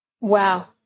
Wow